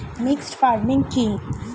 Mixed farming কি?